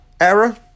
error